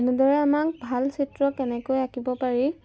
তেনেদৰে আমাক ভাল চিত্ৰ কেনেকৈ আঁকিব পাৰি